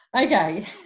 Okay